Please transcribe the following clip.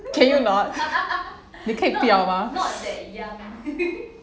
can you not 你可以不要 mah not that young